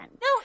No